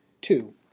two